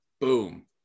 Boom